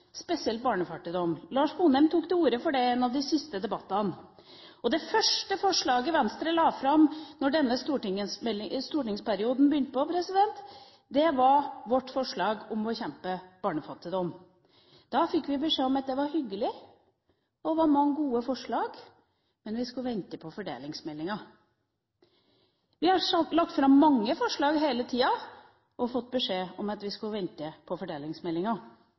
spesielt barnefattigdom. Lars Sponheim tok til orde for det i en av de siste debattene han var med i her. Det første forslaget Venstre la fram da denne stortingsperioden begynte, var forslaget om å bekjempe barnefattigdom. Da fikk vi beskjed om at det var hyggelig, og at det var mange gode forslag, men vi skulle vente på fordelingsmeldinga. Vi har lagt fram mange forslag hele tida og fått beskjed om at vi skulle vente på fordelingsmeldinga.